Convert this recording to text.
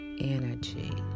energy